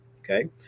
okay